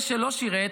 זה שלא שירת,